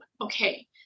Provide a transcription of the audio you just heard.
okay